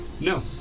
No